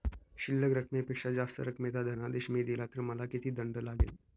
शिल्लक रकमेपेक्षा जास्त रकमेचा धनादेश मी दिला तर मला किती दंड लागेल?